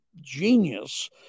genius